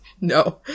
No